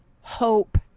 hope